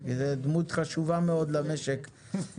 דמות חשובה מאוד למשק.